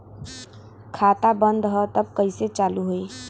खाता बंद ह तब कईसे चालू होई?